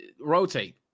rotate